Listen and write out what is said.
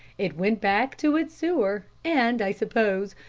it went back to its sewer, and, i suppose,